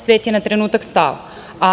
Svet je na trenutak stao.